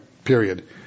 Period